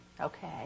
Okay